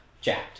jacked